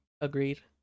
agreed